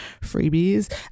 freebies